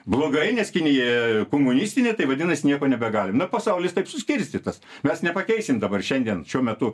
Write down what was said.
blogai nes kinija komunistinė tai vadinas nieko nebegalim na pasaulis taip suskirstytas mes nepakeisim dabar šiandien šiuo metu